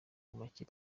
makipe